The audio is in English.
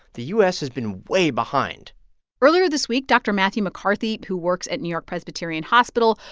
the u s. has been way behind earlier this week, dr. matthew mccarthy, who works at newyork-presbyterian hospital,